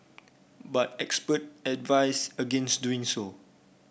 but expert advise against doing so